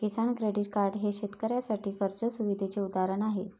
किसान credit card हे शेतकऱ्यांसाठी कर्ज सुविधेचे उदाहरण आहे